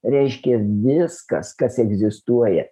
reiškia viskas kas egzistuoja